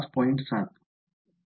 ०७